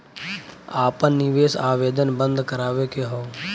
आपन निवेश आवेदन बन्द करावे के हौ?